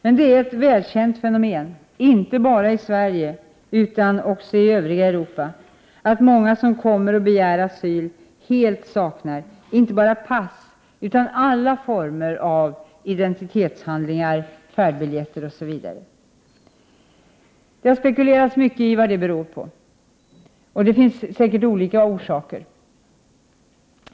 Det är dock ett välkänt fenomen, inte bara i Sverige utan också i övriga Europa, att många som kommer och begär asyl helt saknar inte bara pass utan alla former av identitetshandlingar, färdbiljetter osv. Det har spekulerats mycket i vad det beror på, och det finns säkert olika orsaker.